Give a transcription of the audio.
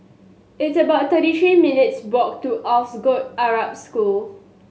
it's about thirty three minutes' walk to Alsagoff Arab School